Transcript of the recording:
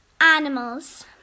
animals